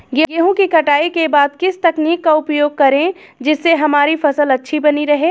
गेहूँ की कटाई के बाद किस तकनीक का उपयोग करें जिससे हमारी फसल अच्छी बनी रहे?